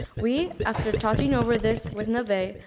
we, after talking over this with navay,